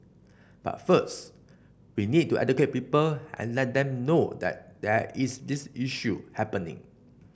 but first we need to educate people and let them know that there is this issue happening